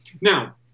Now